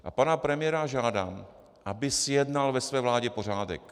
A pana premiéra žádám, aby zjednal ve své vládě pořádek.